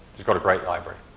he's got a great library.